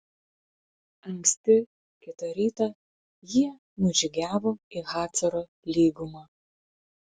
anksti kitą rytą jie nužygiavo į hacoro lygumą